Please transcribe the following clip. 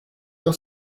your